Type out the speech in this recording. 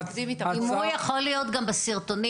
אם הוא יכול להיות גם בסרטונים,